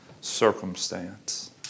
circumstance